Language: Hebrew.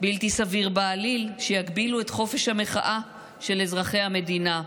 בלתי סביר בעליל שיגבילו את חופש המחאה של אזרחי המדינה,